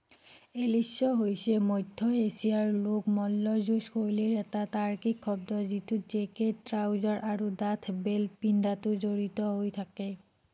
এলিশ্ব হৈছে মধ্য এছিয়াৰ লোক মল্লযুঁজ শৈলীৰ এটা তাৰ্কীক শব্দ যিটোত জেকেট ট্ৰাউজাৰ আৰু ডাঠ বেল্ট পিন্ধাটো জড়িত হৈ থাকে